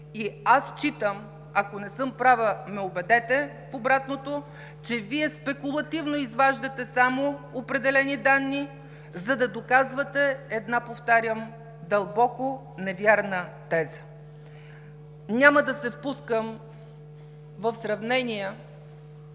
Считам и, ако не съм права ме убедете в обратното, че Вие спекулативно изваждате само определени данни, за да доказвате една, повтарям: дълбоко невярна теза! Няма да се впускам в сравнения